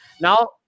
Now